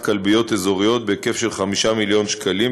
כלביות אזוריות בהיקף של 5 מיליון שקלים,